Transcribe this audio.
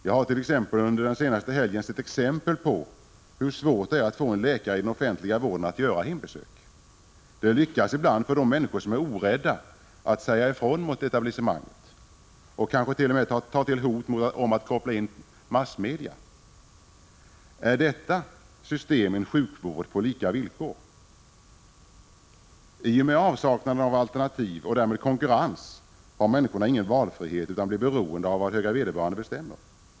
Jag har under den senaste helgen sett exempel på hur svårt det är att få en läkare i den offentliga vården att göra hembesök. Det lyckas ibland för de människor som är orädda och vågar säga ifrån mot etablissemanget och kanske t.o.m. tar till hot om att koppla in massmedia. Är detta system en sjukvård på lika villkor? I och med avsaknaden av alternativ och därmed konkurrens har människorna ingen valfrihet utan blir beroende av vad höga vederbörande bestämmer.